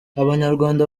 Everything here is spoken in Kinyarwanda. abanyarwanda